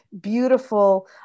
beautiful